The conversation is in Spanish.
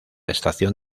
estación